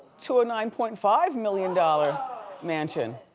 to a nine point five million dollar mansion.